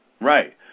Right